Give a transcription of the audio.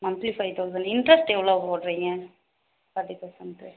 monthly five thousand interest எவ்வளோ போடுறீங்க forty தௌசண்ட்னுக்கு